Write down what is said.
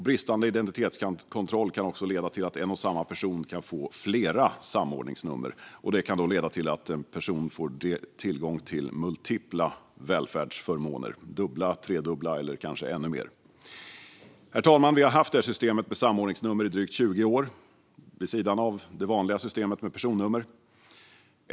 Bristande identitetskontroll kan även leda till att en och samma person kan få flera samordningsnummer. Det kan leda till att en person får tillgång till multipla välfärdsförmåner - dubbla, tredubbla eller kanske ännu mer. Herr talman! Vi har haft systemet med samordningsnummer i drygt 20 år, vid sidan av det vanliga systemet med personnummer.